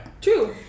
True